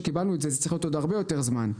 למה כל כך הרבה זמן?